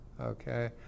Okay